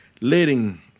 letting